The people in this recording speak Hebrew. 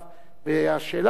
השאלה לכן,